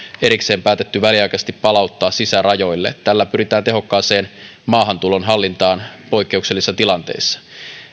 erikseen päätetty väliaikaisesti palauttaa sisärajoille tällä pyritään tehokkaaseen maahantulon hallintaan poikkeuksellisessa tilanteissa